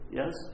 yes